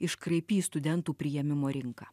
iškraipys studentų priėmimo rinką